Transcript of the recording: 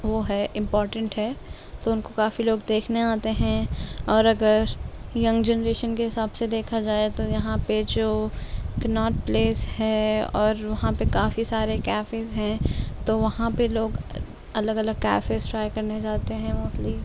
وہ ہے امپورٹینٹ ہے تو ان کو کافی لوگ دیکھنے آتے ہیں اور اگر ینگ جنریشن کے حساب سے دیکھا جائے تو یہاں پہ جو کناٹ پلیس ہے اور وہاں پہ کافی سارے کیفیز ہیں تو وہاں پہ لوگ الگ الگ کیفیز ٹرائی کرنے جاتے ہیں موسٹلی